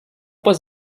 pas